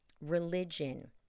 religion